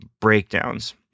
breakdowns